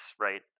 right